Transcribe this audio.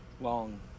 long